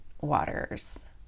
waters